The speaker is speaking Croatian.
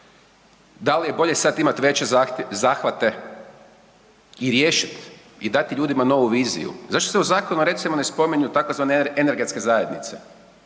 dal je bolje sad imat veće zahvate i riješit i dati ljudima novu viziju. Zašto se u zakonu recimo ne spominju tzv. energetske zajednice?